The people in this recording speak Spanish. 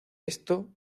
esto